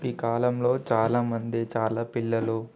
ఈ కాలంలో చాలా మంది చాలా పిల్లలు